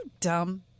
dumb